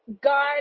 God